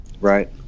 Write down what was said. Right